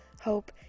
hope